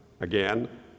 again